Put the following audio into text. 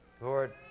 Lord